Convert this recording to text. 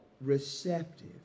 receptive